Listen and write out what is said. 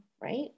right